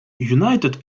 united